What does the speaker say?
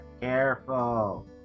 careful